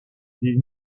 des